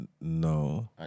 No